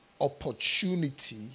opportunity